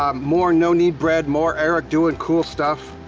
um more no-knead bread, more eric doin' cool stuff.